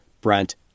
Brent